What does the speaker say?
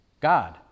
God